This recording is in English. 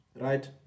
right